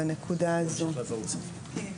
בנקודה של (3),